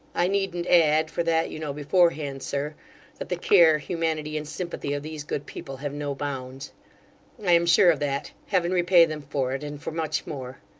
i needn't add for that you know beforehand, sir that the care, humanity, and sympathy of these good people have no bounds i am sure of that. heaven repay them for it, and for much more!